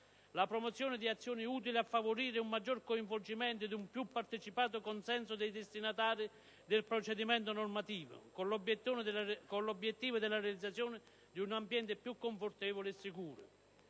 la promozione di azioni utili a favorire un maggior coinvolgimento ed un più partecipato consenso dei destinatari del procedimento normativo, con l'obiettivo della realizzazione di un ambiente di lavoro più confortevole e sicuro;